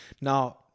Now